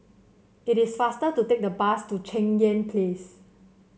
it is faster to take the bus to Cheng Yan Place